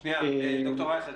שנייה, ד"ר רייכר.